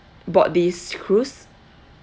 board this cruise